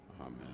Amen